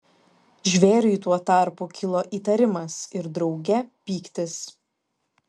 žvėriui tuo tarpu kilo įtarimas ir drauge pyktis